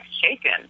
shaken